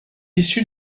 issu